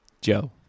Joe